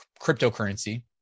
cryptocurrency